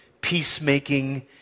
peacemaking